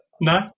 no